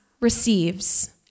receives